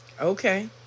Okay